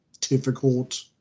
difficult